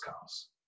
cars